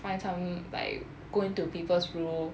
find some like going to people's room